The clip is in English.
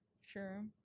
Sure